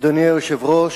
אדוני היושב-ראש,